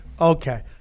Okay